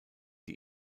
die